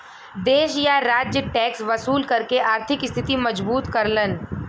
देश या राज्य टैक्स वसूल करके आर्थिक स्थिति मजबूत करलन